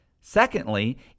Secondly